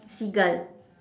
seagull